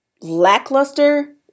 lackluster